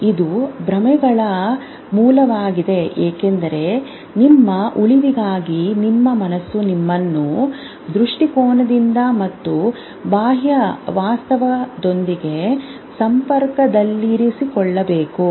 ಇದು ಭ್ರಮೆಗಳ ಮೂಲವಾಗಿದೆ ಏಕೆಂದರೆ ನಿಮ್ಮ ಉಳಿವಿಗಾಗಿ ನಿಮ್ಮ ಮನಸ್ಸು ನಿಮ್ಮನ್ನು ದೃಷ್ಟಿಕೋನದಿಂದ ಮತ್ತು ಬಾಹ್ಯ ವಾಸ್ತವದೊಂದಿಗೆ ಸಂಪರ್ಕದಲ್ಲಿರಿಸಿಕೊಳ್ಳಬೇಕು